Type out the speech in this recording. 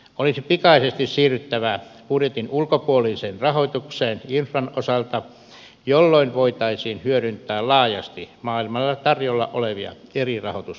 olisi pikaisesti siirryttävä budjetin ulkopuoliseen rahoitukseen infran osalta jolloin voitaisiin hyödyntää laajasti maailmalla tarjolla olevia eri rahoitusmuotoja